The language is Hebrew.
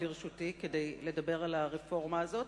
לרשותי כדי לדבר על הרפורמה הזאת,